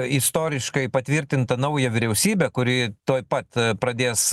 istoriškai patvirtintą naują vyriausybę kuri tuoj pat pradės